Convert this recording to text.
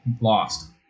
lost